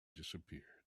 disappeared